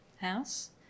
house